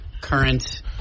current